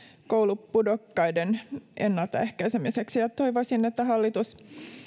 koulupudokkaiden ennaltaehkäisemiseksi toivoisin että hallitus